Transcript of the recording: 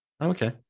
Okay